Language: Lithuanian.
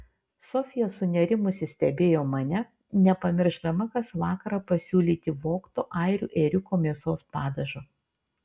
sofija sunerimusi stebėjo mane nepamiršdama kas vakarą pasiūlyti vogto airių ėriuko mėsos padažo